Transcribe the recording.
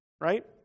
right